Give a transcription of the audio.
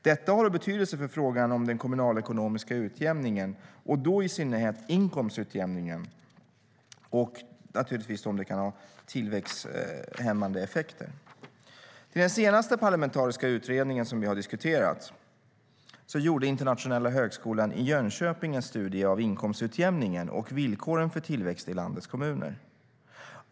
Detta har betydelse för frågan om den kommunalekonomiska utjämningen, och då i synnerhet inkomstutjämningen, samtidigt som det kan ha tillväxthämmande effekter.I den senaste parlamentariska utredningen som vi har diskuterat gjorde Internationella högskolan i Jönköping en studie av inkomstutjämningen och villkoren för tillväxt i landets kommuner.